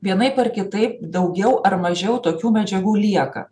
vienaip ar kitaip daugiau ar mažiau tokių medžiagų lieka